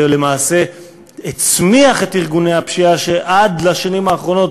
זה למעשה הצמיח את ארגוני הפשיעה שעד לשנים האחרונות